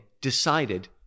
decided